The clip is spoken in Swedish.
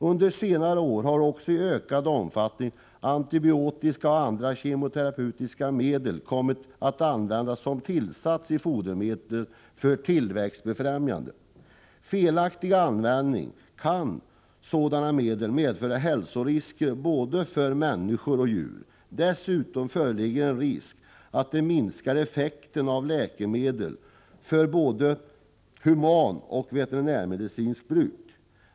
Under senare år har också i ökad omfattning antibiotika och andra kemoterapeutiska medel kommit att användas som tillsats i fodermedel för befrämjande av djurens tillväxt. Felaktigt använda kan sådana medel medföra hälsorisker för både människor och djur. Dessutom föreligger en risk att de minskar effekten av läkemedel för både humanoch veterinärmedicinskt bruk.